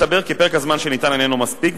הסתבר כי פרק הזמן שניתן איננו מספיק,